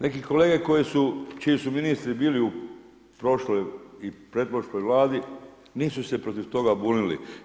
Neki kolege koji su, čiji su ministri bili u prošloj i pretprošloj Vladi nisu se protiv toga bunili.